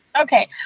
Okay